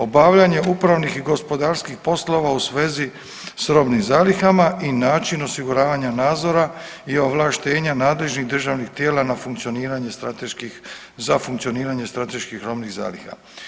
Obavljanje upravnih i gospodarskih poslova u svezi s robnim zalihama i način osiguravanja nadzora i ovlaštenja nadležnih državnih tijela na funkcioniranje strateških, za funkcioniranje strateških robnih zaliha.